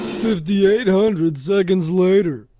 fifty eight hundred seconds later.